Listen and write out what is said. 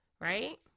right